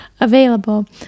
available